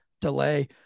delay